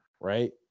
right